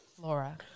Laura